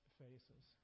faces